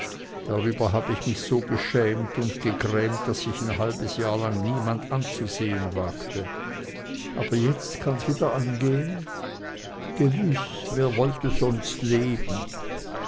darüber hab ich mich so geschämt und gegrämt daß ich ein halbes jahr lang niemand anzusehen wagte aber jetzt kann's wieder angehen gewiß wer wollte sonst leben